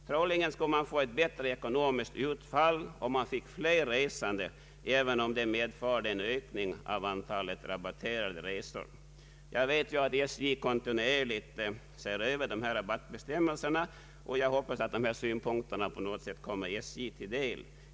Förmodligen skulle man få ett bättre ekonomiskt utfall om man fick flera resande även om det medförde en ökning av antalet rabatterade resor. Jag vet att SJ kontinuerligt ser över rabattbestämmelserna, och jag hoppas att dessa synpunkter på något sätt kommer till SJ:s kännedom.